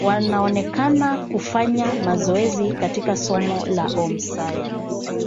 Wanaonekana kufanya mazoezi katika somo la Home Science.